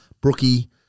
Brookie